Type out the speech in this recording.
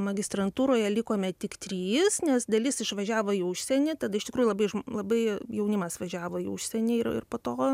magistrantūroje likome tik trys nes dalis išvažiavo į užsienį tada iš tikrųjų labai labai jaunimas važiavo į užsienį ir ir po to